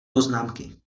poznámky